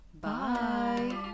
Bye